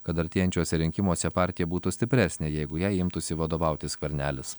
kad artėjančiuose rinkimuose partija būtų stipresnė jeigu jai imtųsi vadovauti skvernelis